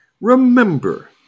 Remember